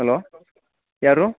hello ಯಾರು